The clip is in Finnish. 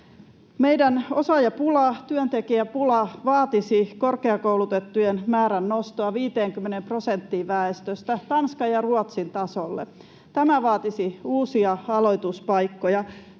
Meidän osaajapula, työntekijäpula vaatisi korkeakoulutettujen määrän nostoa 50 prosenttiin väestöstä Tanskan ja Ruotsin tasolle. Tämä vaatisi uusia aloituspaikkoja,